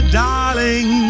darling